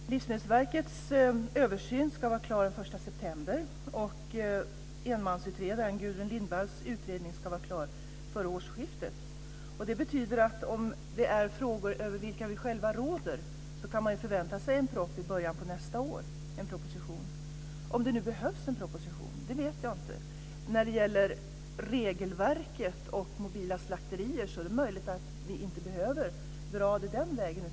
Fru talman! Livsmedelsverkets översyn ska vara klar den 1 september. Enmansutredaren Gudrun Lindvall ska vara klar före årsskiftet. Om det är frågor över vilka vi själva råder kan man förvänta sig en proposition i början på nästa år - om det nu behövs en proposition. Jag vet inte om det behövs. Det är möjligt att vi inte behöver dra det den vägen när det gäller regelverket för mobila slakterier, utan vi kan göra det lite fortare.